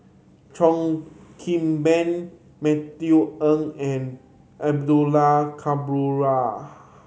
Cheo Kim Ban Matthew Ngui and Abdullah